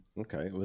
Okay